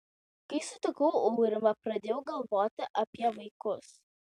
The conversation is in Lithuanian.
kai sutikau aurimą pradėjau galvoti apie vaikus